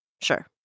Sure